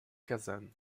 kazan